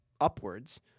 upwards